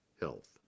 Health